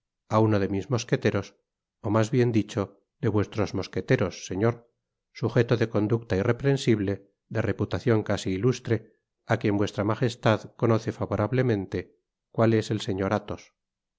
á uno de mis mosqueteros ó mas bien dicho de vuestros mosqueteros señor sugeto de conducta irreprensible de reputacion casi ilustre á quien vuestra magestad conoce favorablemente cual es et señor athos